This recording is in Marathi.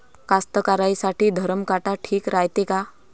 कास्तकाराइसाठी धरम काटा ठीक रायते का?